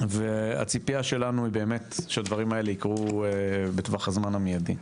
והציפייה שלנו היא באמת שהדברים האלה יקרו בטווח הזמן המיידי.